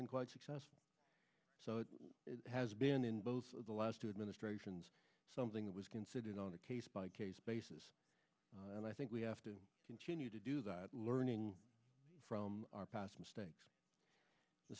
been quite successful so it has been in the last two administrations something that was considered on a case by case basis and i think we have to continue to do that learning from our past mistakes the